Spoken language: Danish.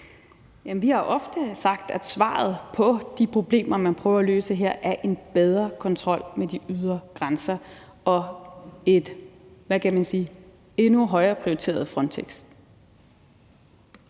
vi har ofte sagt, at svaret på de problemer, man prøver at løse her, er en bedre kontrol med de ydre grænser og et endnu højere prioriteret Frontex.